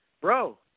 bro